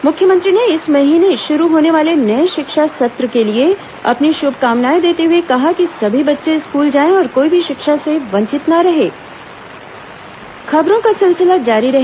मुख्यमंत्री ने इस महीने शुरू होने वाले नए शिक्षा सत्र को लिए अपनी शुभकामनाएं देते हुए कहा कि सभी बच्चे स्कूल जाएं और कोई भी शिक्षा से वंचित न रहे